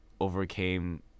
overcame